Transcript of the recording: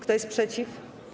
Kto jest przeciw?